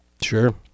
Sure